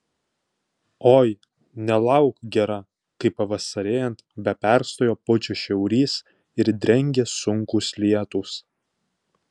oi nelauk gera kai pavasarėjant be perstojo pučia šiaurys ir drengia sunkūs lietūs